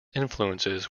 influences